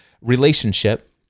relationship